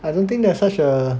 I don't think there's such a